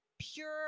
pure